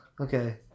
Okay